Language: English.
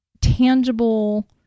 tangible